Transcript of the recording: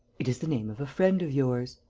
it is the name of a friend of yours.